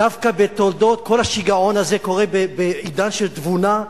דווקא כל השיגעון הזה קורה בעידן של תבונה,